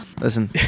Listen